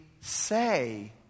say